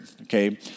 Okay